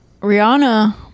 Rihanna